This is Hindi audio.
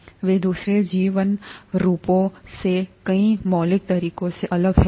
वे दूसरे जीवन रूपों से कई मौलिक तरीकों से अलग हैं